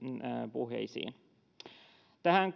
puheisiin tähän